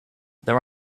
there